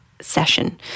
session